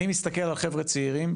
אני מסתכל על חברה צעירים,